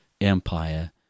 empire